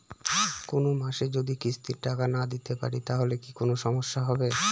কোনমাসে যদি কিস্তির টাকা না দিতে পারি তাহলে কি কোন সমস্যা হবে?